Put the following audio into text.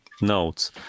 notes